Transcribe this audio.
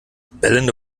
bellende